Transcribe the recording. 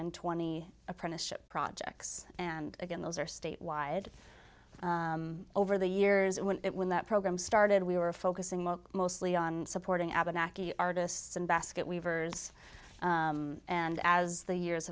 and twenty apprenticeship projects and again those are state wide over the years when it when that program started we were focusing mostly on supporting abenaki artists and basket weavers and as the years